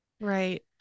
Right